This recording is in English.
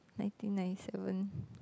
nineteen ninety seven